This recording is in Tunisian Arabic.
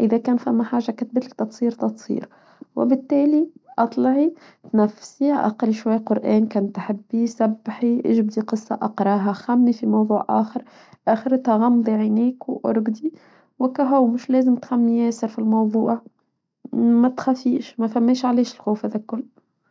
إذا كان خم حاجة كتبلك تتصير تتصير وبالتالي أطلعي تنفسي أقر شوية قرآن كنت أحبيه سبحي إيش بدي قصة أقراها خمني في موضوع آخر آخر تغمضي عينيك وأرجدي وكهو مش لازم تخمني ياسر في الموضوع ما تخفيش ما فماش عليش الخوف هذا الكل.